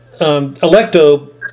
electo